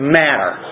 matter